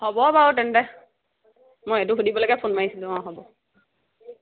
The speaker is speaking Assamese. হ'ব বাৰু তেন্তে মই এইটো সুধিবলৈকে ফোন মাৰিছিলোঁ অঁ হ'ব